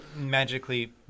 magically